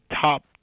top